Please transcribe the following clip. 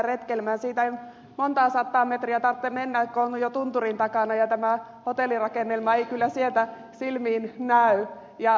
siitä ei montaa sataa metriä tarvitse mennä kun on jo tunturin takana ja tämä hotellirakennelma ei kyllä sieltä silmiin näy